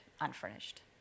unfurnished